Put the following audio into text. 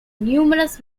numerous